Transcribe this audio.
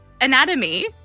anatomy